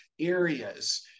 areas